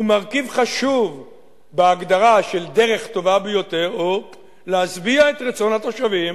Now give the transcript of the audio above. ומרכיב חשוב בהגדרה של "דרך טובה ביותר" הוא להשביע את רצון התושבים,